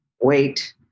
wait